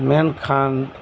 ᱢᱮᱱᱠᱷᱟᱱ